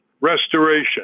restoration